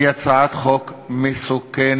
היא הצעת חוק מסוכנת.